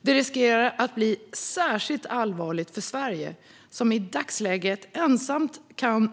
Det riskerar att bli särskilt allvarligt för Sverige, som i dagsläget ensamt kan